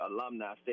alumni